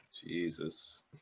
Jesus